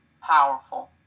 powerful